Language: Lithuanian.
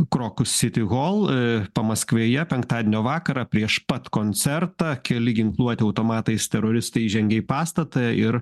krokus city hall pamaskvėje penktadienio vakarą prieš pat koncertą keli ginkluoti automatais teroristai įžengė į pastatą ir